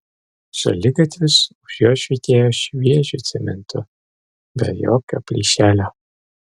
šaligatvis už jo švytėjo šviežiu cementu be jokio plyšelio